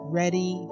ready